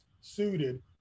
suited